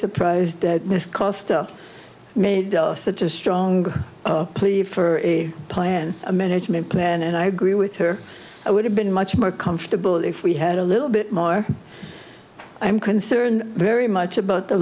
surprised that cost made such a strong plea for a plan a management plan and i agree with her i would have been much more comfortable if we had a little bit more i am concerned very much about the